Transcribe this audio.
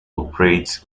operate